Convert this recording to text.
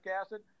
acid